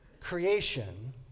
creation